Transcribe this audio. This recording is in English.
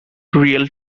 real